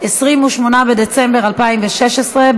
28 בדצמבר 2016,